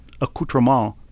accoutrement